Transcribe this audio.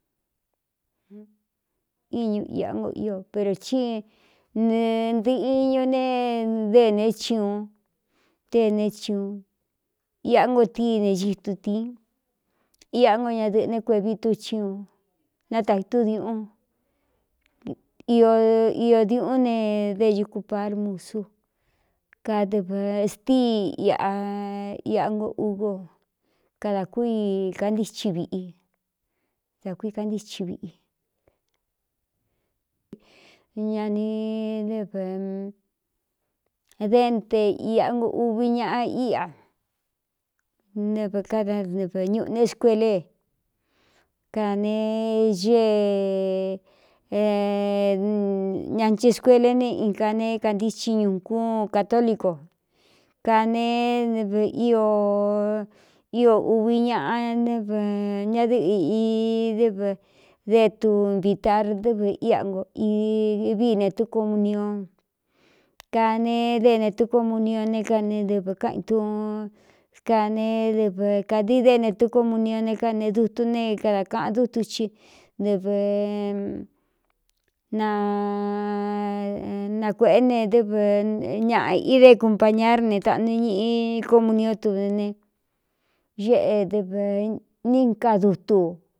Iñu iꞌa ngo ío pero tí ndɨꞌɨiñu ne dɨne chiuun tene chiuꞌun iꞌá ngo tíine gitutīín iꞌá ngo ñadɨ̄ꞌɨ̄ né kuevi túchiuun nátatú diuꞌun iō diuꞌún ne dé ukupar musu kadɨv stíi iꞌa iꞌa ngo úgo kadā kú i kantíchin viꞌi dā kui kantícin viꞌiñan ɨv dénte iꞌa no uvi ñaꞌa íꞌa nɨvádanɨv ñuꞌu ne skuele kane ée ñanche scuele ne in ka neé kantíchin ñuꞌ kúun católico kaneév í uvi ñaꞌa ñadɨꞌɨ īdɨv dé tu nvītar dɨ́v ía no vii ne tukomuniu kaneé déne tukomunio né kane dɨv káꞌin tuún kane dɨv kādií déne tukomuniun ne kanee dutu ne kadā kaꞌan dútu ci ɨv na nakuēꞌé ne dɨv ñaꞌ idé kumpañar ne taꞌnɨ ñiꞌi komunion tu ne eꞌe dɨv níka dutu ō.